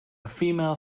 female